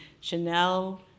Chanel